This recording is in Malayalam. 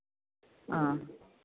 ആ